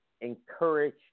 Encourage